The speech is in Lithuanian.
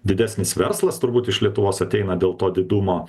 didesnis verslas turbūt iš lietuvos ateina dėl to didumo